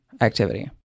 activity